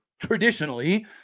Traditionally